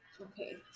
Okay